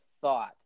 thought